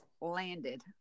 landed